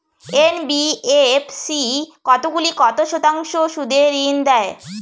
NBFC কতগুলি কত শতাংশ সুদে ঋন দেয়?